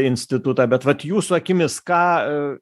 institutą bet vat jūsų akimis ką